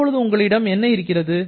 இப்போது உங்களிடம் என்ன இருக்கிறது